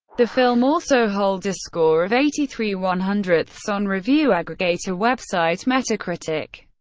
the film also holds a score of eighty three one hundred so on review aggregator website metacritic.